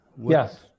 yes